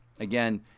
Again